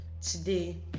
today